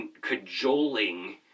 cajoling